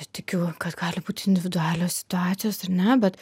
tikiu kad gali būti individualios situacijos ar ne bet